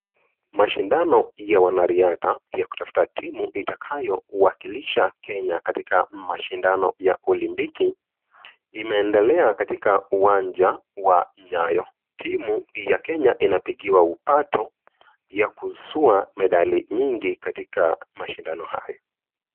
Mashindano ya wanariadha ya kutafta timu itakayo wakilisha Kenya katika shindano ya Olimpiki, imeendelea katika uwanja wa Nyayo. Timu ya Kenya inapigiwa upato ya kuzua medali nyingi katika mashindano hayo.